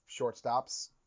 shortstops